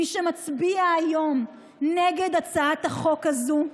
מי שמצביע היום נגד הצעת החוק הזאת,